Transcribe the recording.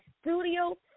studio